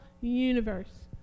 universe